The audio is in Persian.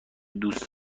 دوست